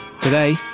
Today